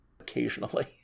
occasionally